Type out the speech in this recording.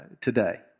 today